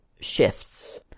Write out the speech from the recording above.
shifts